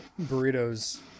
burritos